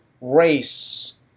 race